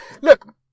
Look